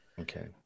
Okay